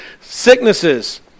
sicknesses